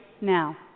now